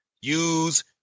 use